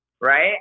right